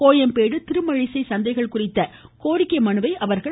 கோயம்பேடு திருமழிசை சந்தைகள் குறித்த கோரிக்கை மனுவை அவர்கள் அளித்தனர்